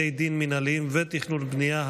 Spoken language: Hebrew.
בתי דין מינהליים ותכנון ובנייה),